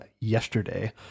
yesterday